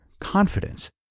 Confidence